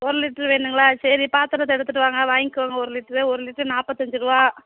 ஒரு லிட்ரு வேணுங்களா சரி பாத்திரத்தை எடுத்துகிட்டு வாங்க வாங்கிகோங்க ஒரு லிட்ரு ஒரு லிட்ரு நாற்பத்தஞ்சி ருபா